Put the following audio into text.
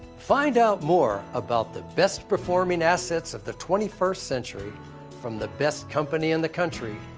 find out more about the best-performing assets of the twenty first century from the best company in the country,